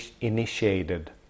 initiated